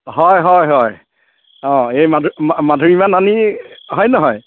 হয় হয় হয় অ এই মাধু মা মাধুৰীমা নানি হয় নহয়